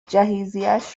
جهیزیهش